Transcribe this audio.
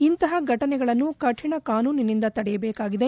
ಇಂತಪ ಘಟನೆಗಳನ್ನು ಕಠಿಣ ಕಾನೂನಿನಿಂದ ತಡೆಯಬೇಕಾಗಿದೆ